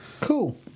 Cool